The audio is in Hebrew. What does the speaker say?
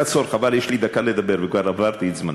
תעצור, חבל, יש לי דקה לדבר וכבר עברתי את זמני.